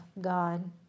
God